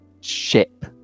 ship